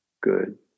good